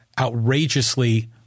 outrageously